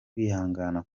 kwihangana